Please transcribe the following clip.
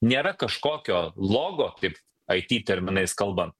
nėra kažkokio logo taip it terminais kalban